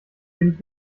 wenig